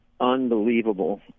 unbelievable